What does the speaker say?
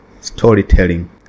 storytelling